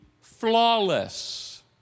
flawless